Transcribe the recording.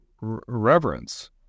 reverence